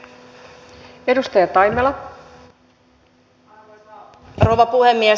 arvoisa rouva puhemies